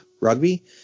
rugby